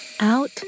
out